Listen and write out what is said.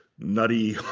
nutty